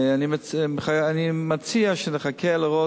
אני מציע שנחכה לראות.